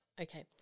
Okay